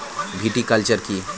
Viticulture কী?